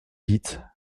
dites